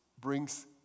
brings